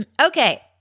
Okay